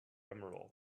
emeralds